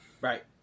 right